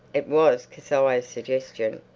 it was kezia's suggestion.